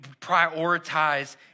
prioritize